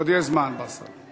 עוד יש זמן, באסל.